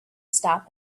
stop